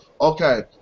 Okay